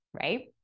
right